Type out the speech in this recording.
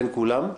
בין כולם.